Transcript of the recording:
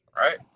Right